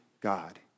God